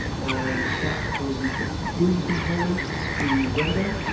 and that causes the room component to render,